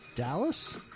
Dallas